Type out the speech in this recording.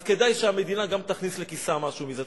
אז כדאי שהמדינה גם תכניס לכיסה משהו מזה.